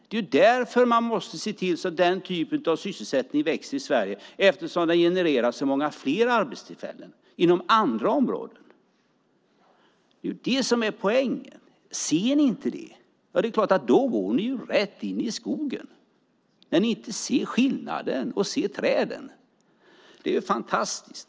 Det är därför man måste se till att denna typ av sysselsättning växer i Sverige. Den genererar nämligen så många fler arbetstillfällen inom andra områden. Det är det som är poängen. Ser ni inte detta? Det klart att ni går rätt in i skogen när ni inte ser skillnaden och ser träden. Det är fantastiskt.